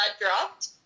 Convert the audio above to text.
dropped